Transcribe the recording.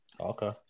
Okay